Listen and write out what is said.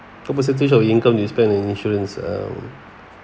what percentage of your income you spend in insurance um